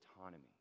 autonomy